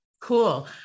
Cool